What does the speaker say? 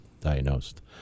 diagnosed